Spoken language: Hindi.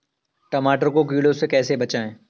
टमाटर को कीड़ों से कैसे बचाएँ?